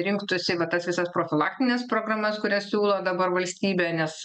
rinktųsi va tas visas profilaktines programas kurias siūlo dabar valstybė nes